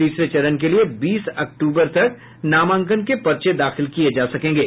तीसरे चरण के लिए बीस अक्टूबर तक नामांकन के पर्चे दाखिल किये जा सकेंगे